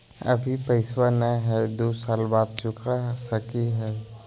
अभि पैसबा नय हय, दू साल बाद चुका सकी हय?